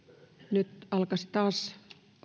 nyt alkaa taas